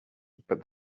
but